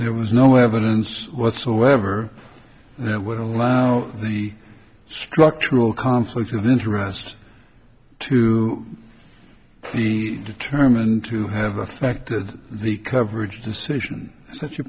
there was no evidence whatsoever that would allow the structural conflicts of interest to be determined to have affected the coverage decision